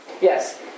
Yes